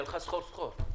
היא הלכה סחור סחור.